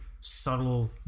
subtle